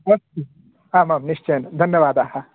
अस्तु आम् आम् निश्चयेन धन्यवादाः